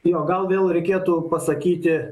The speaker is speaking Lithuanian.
jo gal vėl reikėtų pasakyti